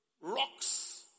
rocks